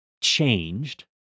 changed